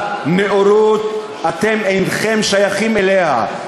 הנאורות, אתם אינכם שייכים אליה.